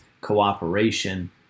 cooperation